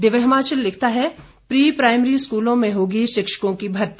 दिव्य हिमाचल लिखता है pre primary स्कूलों में होगी शिक्षकों की भर्ती